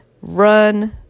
run